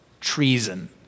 Treason